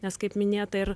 nes kaip minėta ir